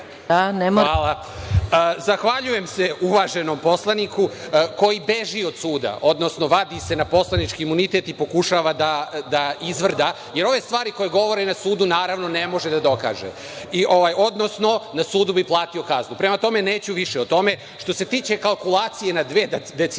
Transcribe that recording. Zahvaljujem se uvaženom poslaniku koji beži od suda, odnosno vadi se na poslanički imunitet i pokušava da izvrda, jer ove stvari koje govori na sudu, naravno ne može da dokaže, odnosno na sudu bi platio kaznu. Prema tome, neću više o tome. Što se tiče kalkulacije na dve decimale,